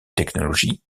technologie